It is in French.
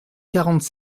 quarante